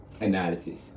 analysis